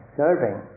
serving